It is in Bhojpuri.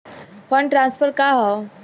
फंड ट्रांसफर का हव?